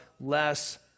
less